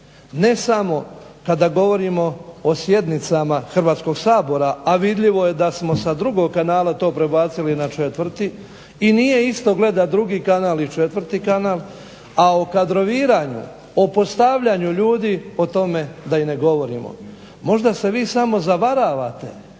ne samo kada govorimo o sjednicama Hrvatskog sabora, a vidljivo je da smo sa drugog kanala to prebacili na četvrti. I nije isto gledat drugi kanal i četvrti kanal, a o kadroviranju, o postavljanju ljudi o tome da i ne govorimo. Možda se vi samo zavaravate